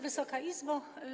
Wysoka Izbo!